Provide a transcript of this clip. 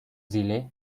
zile